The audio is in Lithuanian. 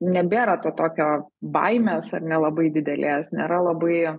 nebėra to tokio baimės ar ne labai didelės nėra labai